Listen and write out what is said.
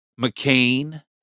McCain